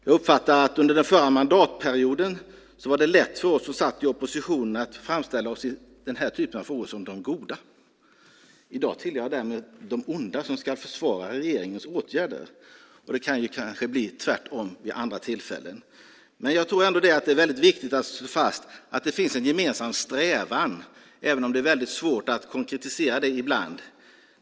Jag uppfattar det som att det under den förra mandatperioden var lätt för oss som satt i opposition att i den här typen av frågor framställa oss som de goda. I dag tillhör jag därmed de onda som ska försvara regeringens åtgärder. Det kan kanske bli tvärtom vid andra tillfällen. Jag tror ändå att det är väldigt viktigt att slå fast att det finns en gemensam strävan, även om det är väldigt svårt att konkretisera den ibland.